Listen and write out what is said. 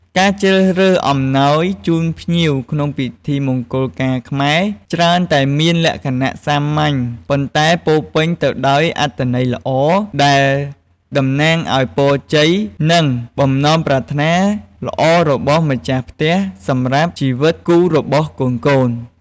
ការជ្រើសរើសអំណោយជូនភ្ញៀវក្នុងពិធីមង្គលការខ្មែរ ច្រើនតែមានលក្ខណៈសាមញ្ញ ប៉ុន្តែពោរពេញទៅដោយអត្ថន័យល្អ ដែលតំណាងឲ្យពរជ័យ និងបំណងប្រាថ្នាល្អរបស់ម្ចាស់ផ្ទះសម្រាប់ជីវិតគូរបស់កូនៗ។